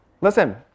listen